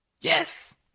Yes